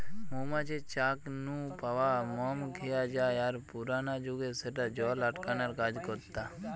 মৌ মাছির চাক নু পাওয়া মম খিয়া জায় আর পুরানা জুগে স্যাটা জল আটকানার কাজ করতা